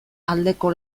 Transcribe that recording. aldeko